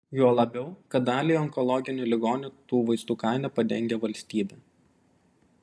juo labiau kad daliai onkologinių ligonių tų vaistų kainą padengia valstybė